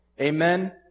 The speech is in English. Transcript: Amen